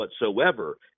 whatsoever